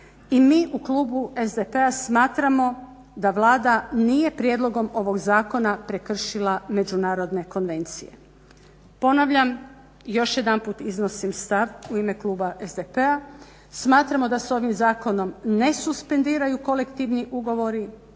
u mi u Klubu SDP-a smatramo da Vlada nije prijedlogom ovog zakona prekršila međunarodne intervencije. Ponavljam još jedanput iznosim stav u ime Kluba SDP-a smatramo da se ovim zakonom ne suspendiraju Kolektivni ugovori,